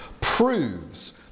proves